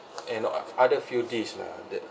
and other few dish lah that